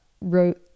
wrote